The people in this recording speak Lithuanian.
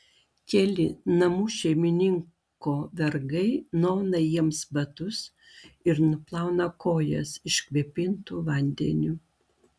keli namų šeimininko vergai nuauna jiems batus ir nuplauna kojas iškvėpintu vandeniu